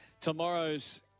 Tomorrow's